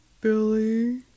Billy